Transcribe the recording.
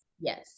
yes